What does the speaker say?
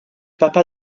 papa